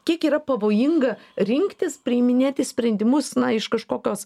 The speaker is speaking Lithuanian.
kiek yra pavojinga rinktis priiminėti sprendimus na iš kažkokios